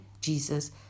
Jesus